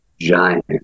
giant